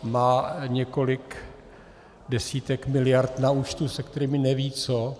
Má několik desítek miliard na účtu, se kterými neví co.